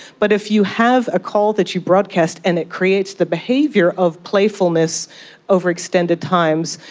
but if you have a call that you broadcast and it creates the behaviour of playfulness over extended times,